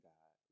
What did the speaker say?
God